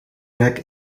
rek